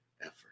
effort